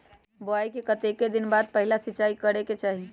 बोआई के कतेक दिन बाद पहिला सिंचाई करे के चाही?